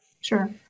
Sure